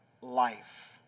life